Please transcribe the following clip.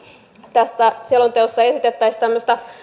tässä selonteossa esitettäisiin tämmöistä